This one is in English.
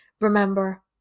Remember